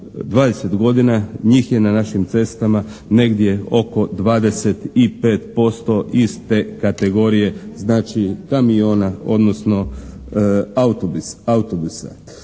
20 godina njih je na našim cestama negdje oko 25% iz te kategorije, znači kamiona odnosno autobusa.